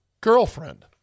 Girlfriend